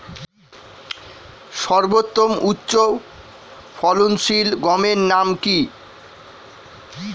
সর্বতম উচ্চ ফলনশীল গমের নাম কি?